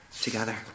together